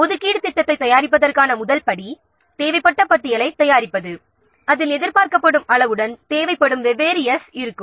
ஒதுக்கீடு திட்டத்தை தயாரிப்பதற்கான முதல் படி தேவைப்பட்ட பட்டியலைத் தயாரிப்பது அதில் எதிர்பார்க்கப்படும் அளவுடன் தேவைப்படும் 's' வெவ்வேறாக இருக்கும்